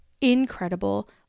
Incredible